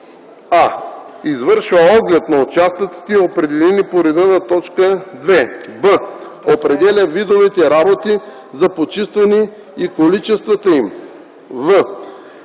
а) извършва оглед на участъците, определени по реда на т. 2; б) определя видовете работи за почистване и количествата им; в)